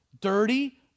dirty